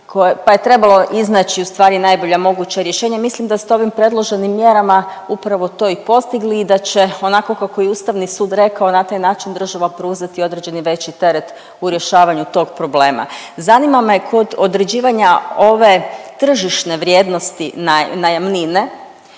Pa je trebalo iznaći u stvari najbolje moguće rješenje. Mislim da ste ovim predloženim mjerama upravo to i postigli i da će onako kako je Ustavni sud rekao na taj način država preuzeti određeni veći teret u rješavanju tog problema. Zanima me kod određivanja ove tržišne vrijednosti najamnine